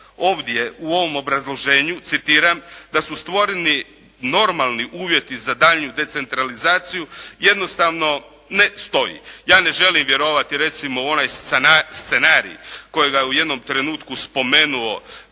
ovdje u ovom obrazloženju, citiram: «Da su stvoreni normalni uvjeti za daljnju decentralizaciju» jednostavno ne stoji. Ja ne želim vjerovati recimo u onaj scenarij kojega je u jednom trenutku spomenuo,